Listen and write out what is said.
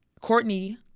Courtney